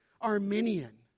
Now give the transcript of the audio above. Arminian